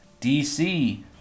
DC